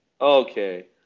Okay